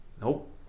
Nope